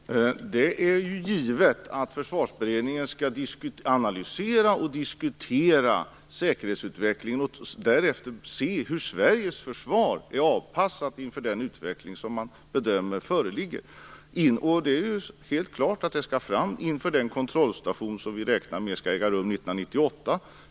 Fru talman! Det är ju givet att Försvarsberedningen skall analysera och diskutera säkerhetsutvecklingen och därefter se hur Sveriges försvar är avpassat inför den utveckling som man bedömer föreligger. Det är helt klart att detta skall fram inför den kontrollstation som vi räknar med 1998.